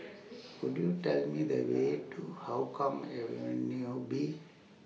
Could YOU Tell Me The Way to Hougang Avenue B